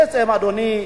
בעצם, אדוני,